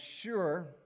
sure